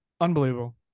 Unbelievable